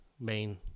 main